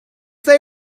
they